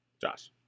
Josh